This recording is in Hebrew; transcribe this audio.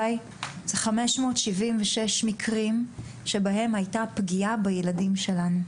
זה 576 מקרים שבהם הייתה פגיעה בילדים שלנו.